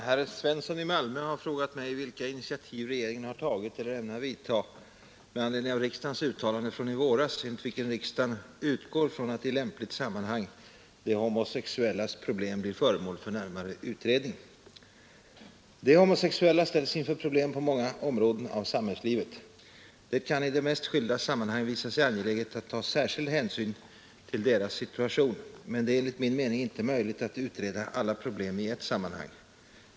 Herr Svensson i Malmö har frågat mig vilka initiativ regeringen har tagit eller ämnar vidta med anledning av riksdagens uttalande från i våras, enligt vilket riksdagen ”utgår från att i lämpligt sammanhang de homosexuellas problem blir föremål för närmare utredning”. De homosexuella ställs inför problem på många områden av samhällslivet. Det kan i de mest skilda sammanhang visa sig angeläget att ta särskild hänsyn till deras situation, men det är enligt min mening inte möjligt att utreda alla problem i ett sammanhang.